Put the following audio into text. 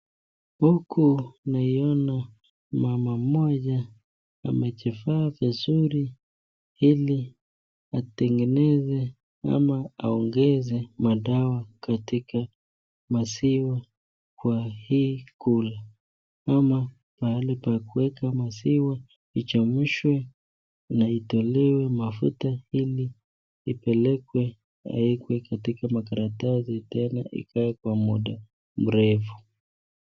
Huku, naiona mama mmoja amejifaa vizuri ili atengeneze ama aongeze madawa katika maziwa kwa hii cool[c]s, ama mahali pa kuweka maziwa, ichemshwe na itolewe mafuta ili ipelekwe, iwekwe katika makaratasi, tena ikae kwa muda mrefu.